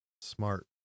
Smart